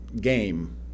game